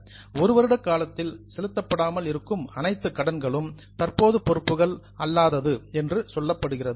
1 வருடத்தில் செலுத்தப்படாமல் இருக்கும் அனைத்து கடன்களும் தற்போதைய பொறுப்புகள் அல்லாதது என்று சொல்லப்படுகிறது